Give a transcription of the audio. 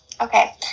Okay